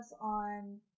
on